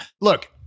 Look